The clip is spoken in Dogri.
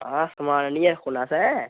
हां समान आह्नियै रक्खी ओड़ना असें पूरा ए टू जैड